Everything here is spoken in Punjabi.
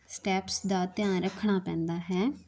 ਸਟੈਪਸ ਦਾ ਧਿਆਨ ਰੱਖਣਾ ਪੈਂਦਾ ਹੈ